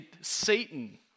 Satan